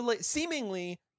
seemingly